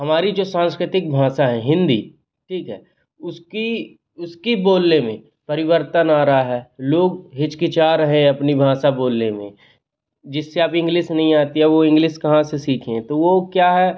हमारी जो सांस्कृतिक भाषा है हिंदी ठीक है उसकी उसकी बोलने में परिवर्तन आ रहा है लोग हिचकिचा रहे हैं अपनी भाषा बोलने में जिससे आप इंग्लिस नहीं आती है अब वो इंग्लिस कहाँ से सीखे तो वो क्या है